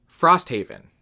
Frosthaven